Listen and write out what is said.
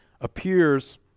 appears